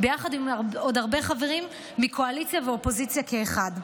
ביחד עם עוד הרבה חברים מהקואליציה והאופוזיציה כאחד.